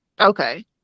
Okay